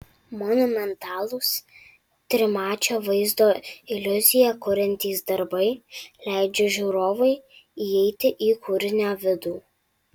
monumentalūs trimačio vaizdo iliuziją kuriantys darbai leidžia žiūrovui įeiti į kūrinio vidų